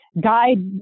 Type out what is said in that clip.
guide